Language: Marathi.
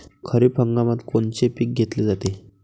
खरिप हंगामात कोनचे पिकं घेतले जाते?